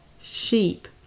sheep